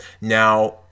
now